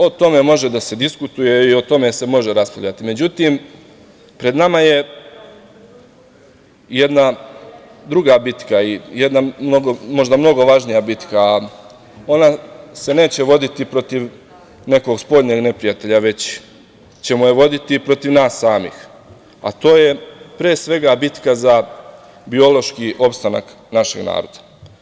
O tome može da se diskutuje i o tome se može raspravljati, međutim pred nama je jedna druga bitka i jedna možda mnogo važnija bitka, ona se neće voditi protiv nekog spoljnog neprijatelja, već ćemo je voditi protiv nas samih, a to je pre svega bitka za biološki opstanak našeg naroda.